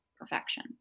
perfection